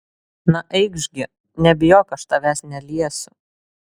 na eikš gi nebijok aš tavęs neliesiu